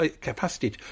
capacity